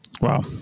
Wow